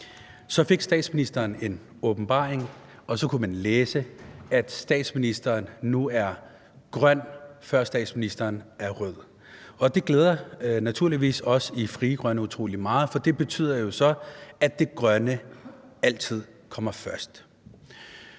Så fik statsministeren en åbenbaring, og så kunne man læse, at statsministeren nu er grøn, før statsministeren er rød. Og det glæder naturligvis os i Frie Grønne utrolig meget, for det betyder jo så, at det grønne altid kommer først.